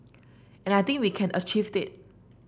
and I think we can achieved it